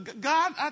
God